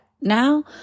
now